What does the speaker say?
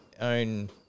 own